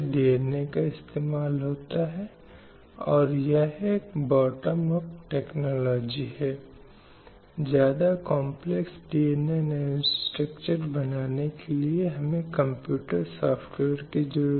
जिससे महिलाएं उस मुकाम को हासिल करने में सक्षम होती हैं जिसकी उनसे अपेक्षा की जाती है और किसी भी समय हिंसा के मुद्दे पर मनमानी भेदभावपूर्ण प्रथाओं के मुद्दे उनके विकास के रास्ते में उनके सपनों के पूरा होने के रास्ते में आने चाहिए